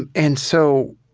and and so,